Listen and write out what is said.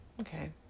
Okay